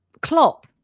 Klopp